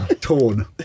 Torn